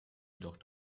jedoch